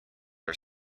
are